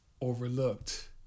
overlooked